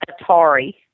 Atari